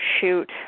shoot